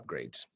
upgrades